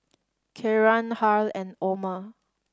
Kieran Harl and Omer